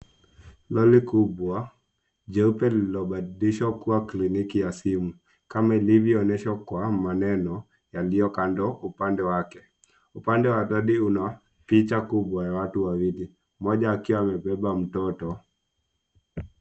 Lori kubwa, jeupe lililobadilishwa kuwa kliniki ya simu kama ilivyoonyeshwa kwa maneno yaliyo kando upande wake. Upande wa lori una picha kubwa ya watu wawili, moja akiwa amebeba mtoto.